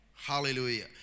Hallelujah